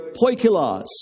poikilos